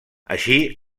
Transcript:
així